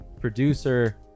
producer